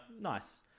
nice